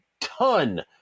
ton